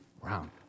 round